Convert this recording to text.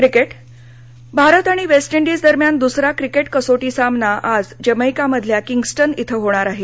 cricket Bharat आणि West Indies दरम्यान दुसरा क्रिकेट कसोटी सामना आज जमैकामधल्या किंगस्टन इथं होणार आहे